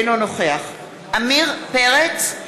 אינו נוכח עמיר פרץ,